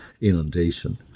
inundation